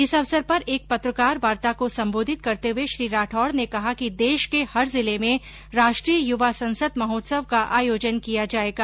इस अवसर पर एक पत्रकार वार्ता को संबोधित करते हुए श्री राठौड ने कहा कि देष के हर जिले में राष्ट्रीय युवा संसद महोत्सव का आयोजन किया जायेगा